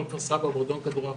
הפועל כפר-סבא, מועדון כדורעף